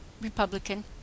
Republican